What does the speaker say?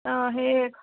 অঁ সেই